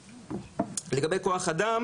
לגבי כוח אדם